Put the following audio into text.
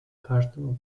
каждому